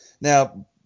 now